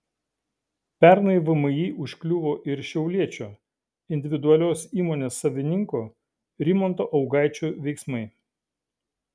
pernai vmi užkliuvo ir šiauliečio individualios įmonės savininko rimanto augaičio veiksmai